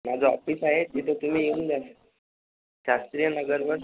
माझं ऑपिस आहे तिथं तुम्ही येऊन जा ना शास्त्रीय नगरवर